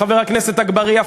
חבר הכנסת אגבאריה,